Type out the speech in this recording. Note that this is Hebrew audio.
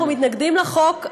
אנחנו מתנגדים לחוק,